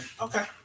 okay